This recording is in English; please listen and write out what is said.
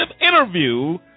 interview